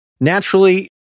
naturally